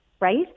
right